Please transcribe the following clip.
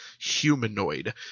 humanoid